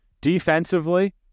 Defensively